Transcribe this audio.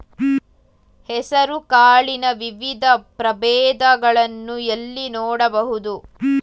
ಹೆಸರು ಕಾಳಿನ ವಿವಿಧ ಪ್ರಭೇದಗಳನ್ನು ಎಲ್ಲಿ ನೋಡಬಹುದು?